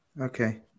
okay